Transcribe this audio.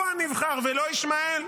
הוא הנבחר ולא ישמעאל.